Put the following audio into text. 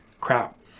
crap